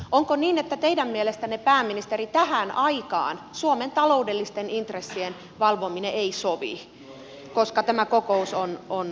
onko niin että teidän mielestänne pääministeri tähän aikaan suomen taloudellisten intressien valvominen ei sovi koska tämä kokous on peruutettu